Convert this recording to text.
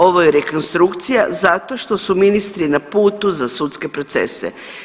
Ovo je rekonstrukcija zato što su ministri na putu za sudske procese.